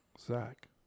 Zach